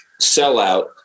sellout